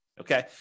Okay